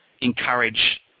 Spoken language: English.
encourage